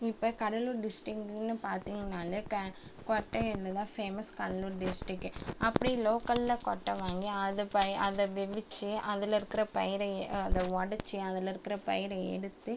இப்போ கடலுார் டிஸ்டிக்குனு பார்த்திங்னாலே க கொட்டைகளுதான் பேமஸ் கடலுார் டிஸ்டிக்கு அப்படி லோக்கலில் கொட்டை வாங்கி அதை பய அதை வேகவிச்சி அதில் இருக்கிற பயிர எ அதை உடச்சி அதில் இருக்கிற பயிரை எடுத்து